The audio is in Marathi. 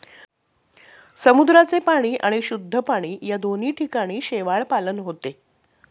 समुद्राचे पाणी आणि शुद्ध पाणी या दोन्ही ठिकाणी शेवाळपालन होते